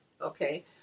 okay